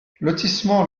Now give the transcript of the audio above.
lotissement